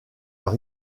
leur